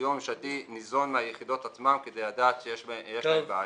הדיור הממשלתי ניזון מהיחידות עצמן כדי לדעת שיש להן בעיות.